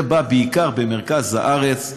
זה בעיקר במרכז הארץ.